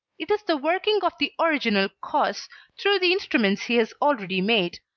it is the working of the original cause through the instruments he has already made.